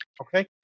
Okay